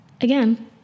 again